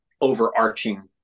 overarching